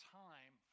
time